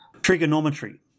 Trigonometry